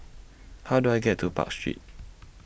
How Do I get to Park Street